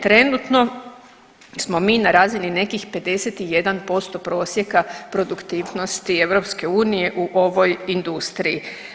Trenutno smo mi na razini nekih 51% prosjeka produktivnosti EU u ovoj industriji.